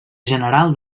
general